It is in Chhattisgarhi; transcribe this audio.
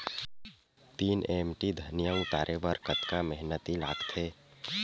तीन एम.टी धनिया उतारे बर कतका मेहनती लागथे?